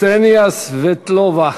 קסניה סבטלובה.